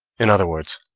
in other words,